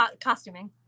costuming